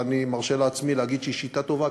ואני מרשה לעצמי להגיד שהיא שיטה טובה,